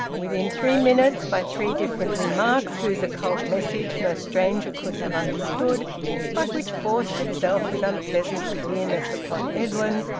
within three minutes, by three different remarks whose occult message no stranger could have understood but which forced itself with unpleasant clearness upon edwin,